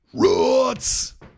Roots